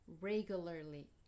regularly